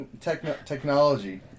technology